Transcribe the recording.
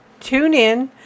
TuneIn